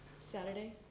Saturday